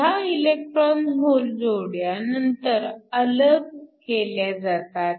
ह्या electron hole जोड्या नंतर अलग केल्या जातात